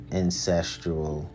ancestral